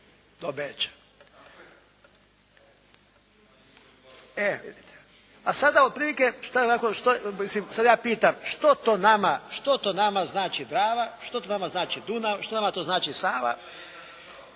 do Beča. E, vidite. A sada otprilike što je ovako, sada ja pitam. Što to nama znači Drava, što to nama znači Dunav, što nama to znači Sava?